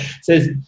says